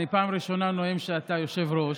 אני פעם ראשונה נואם כשאתה יושב-ראש.